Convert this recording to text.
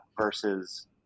versus